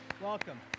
Welcome